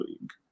League